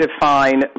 define